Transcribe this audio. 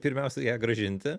pirmiausia ją grąžinti